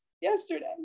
yesterday